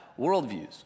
worldviews